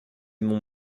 mon